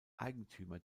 eigentümer